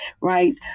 right